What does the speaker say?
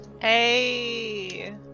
Hey